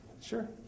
Sure